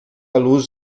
luz